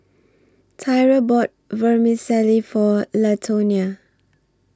Tyra bought Vermicelli For Latonia